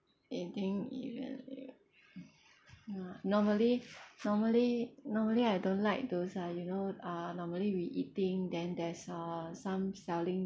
anything ya ya ya normally normally normally I don't like those ah you know uh normally we eating then there's uh some selling